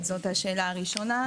זה לשאלה הראשונה.